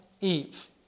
Eve